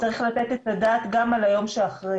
צריך לתת את הדעת גם על היום שאחרי.